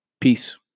Peace